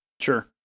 Sure